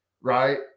right